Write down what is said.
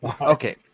okay